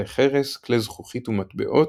כלי חרס, כלי זכוכית ומטבעות,